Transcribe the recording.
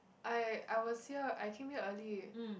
I I was here I came here early